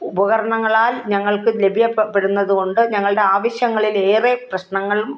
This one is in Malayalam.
ഉപകരണങ്ങളാൽ ഞങ്ങൾക്ക് ലഭ്യപ്പെടുന്നതുകൊണ്ട് ഞങ്ങളുടെ ആവശ്യങ്ങളിലേറെ പ്രശ്നങ്ങളും